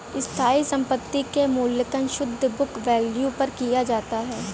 स्थायी संपत्ति क मूल्यांकन शुद्ध बुक वैल्यू पर किया जाता है